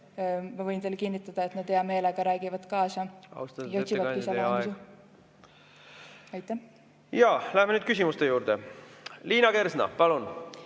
Ma võin teile kinnitada, et nad hea meelega räägivad kaasa. Läheme nüüd küsimuste juurde. Liina Kersna, palun!